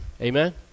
Amen